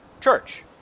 church